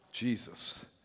Jesus